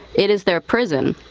it is their prison.